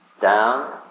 down